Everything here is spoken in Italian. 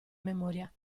memoria